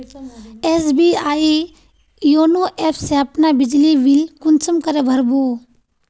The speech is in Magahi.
एस.बी.आई योनो ऐप से अपना बिजली बिल कुंसम करे भर बो?